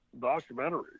documentary